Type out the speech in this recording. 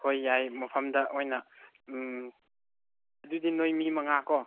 ꯍꯣꯏ ꯌꯥꯏ ꯃꯐꯝꯗ ꯑꯣꯏꯅ ꯎꯝ ꯑꯗꯨꯗꯤ ꯅꯣꯏ ꯃꯤ ꯃꯉꯥꯀꯣ